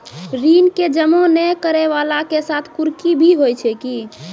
ऋण के जमा नै करैय वाला के साथ कुर्की भी होय छै कि?